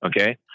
okay